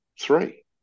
three